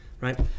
right